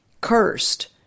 Cursed